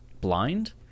blind